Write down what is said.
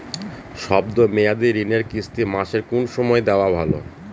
শব্দ মেয়াদি ঋণের কিস্তি মাসের কোন সময় দেওয়া ভালো?